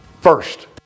First